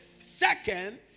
second